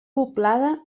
poblada